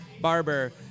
barber